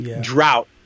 drought